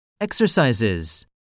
Exercises